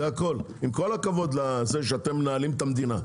עם כל הכבוד לכך שאתן מנהלות את המדינה.